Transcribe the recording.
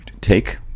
take